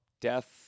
death